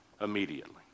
immediately